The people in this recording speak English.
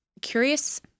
curious